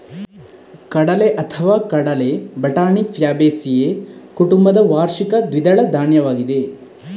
ಕಡಲೆಅಥವಾ ಕಡಲೆ ಬಟಾಣಿ ಫ್ಯಾಬೇಸಿಯೇ ಕುಟುಂಬದ ವಾರ್ಷಿಕ ದ್ವಿದಳ ಧಾನ್ಯವಾಗಿದೆ